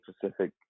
Pacific